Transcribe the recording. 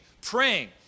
praying